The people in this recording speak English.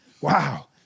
Wow